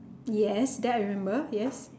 yes that I remember yes